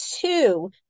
two